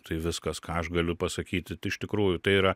tai viskas ką aš galiu pasakyti iš tikrųjų tai yra